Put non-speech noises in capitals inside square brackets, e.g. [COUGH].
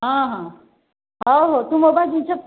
ହଁ ହଁ ହଉ ହଉ ତୁ ମୋବାଇଲ [UNINTELLIGIBLE]